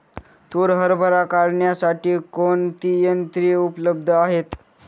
तूर हरभरा काढण्यासाठी कोणती यंत्रे उपलब्ध आहेत?